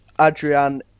Adrian